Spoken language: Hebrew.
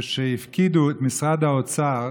שהפקידו את משרד האוצר